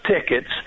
tickets